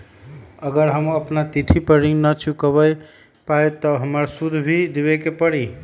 अगर हम अपना तिथि पर ऋण न चुका पायेबे त हमरा सूद भी देबे के परि?